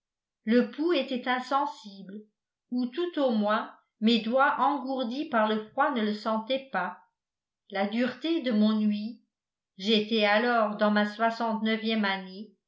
le pouls était insensible ou tout au moins mes doigts engourdis par le froid ne le sentaient pas la dureté de mon ouïe j'étais alors dans